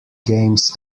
games